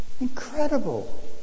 incredible